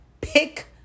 Pick